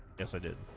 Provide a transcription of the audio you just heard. yes i did